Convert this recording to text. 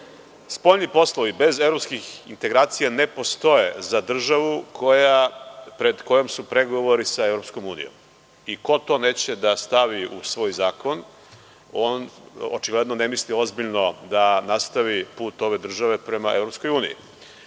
Spoljni poslovi bez evropskih integracija ne postoje za državu koja pred kojom su pregovori sa EU. Ko to neće da stavi u svoj zakon on očigledno ne misli ozbiljno da nastavi put ove države prema